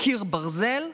כקיר ברזל.